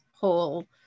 whole